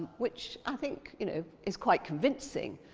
which i think, you know, is quite convincing,